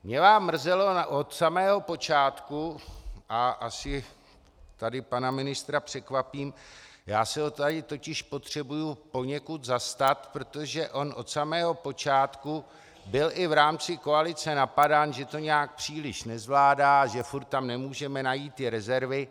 Mě vám mrzelo od samého počátku, a asi tady pana ministra překvapím, já se ho tady totiž potřebuji poněkud zastat, protože on od samého počátku byl i v rámci koalice napadán, že to nějak příliš nezvládá, že tam pořád nemůžeme najít ty rezervy.